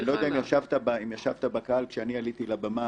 ואני לא יודע אם ישבת בקהל כשאני עליתי לבמה